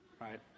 Right